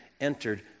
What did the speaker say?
entered